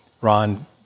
Ron